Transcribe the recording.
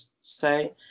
say